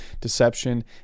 deception